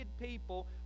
people